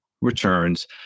returns